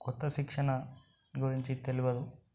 క్రొత్త శిక్షణ గురించి తెలియదు